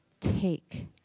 take